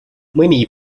mõni